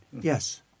yes